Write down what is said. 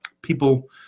people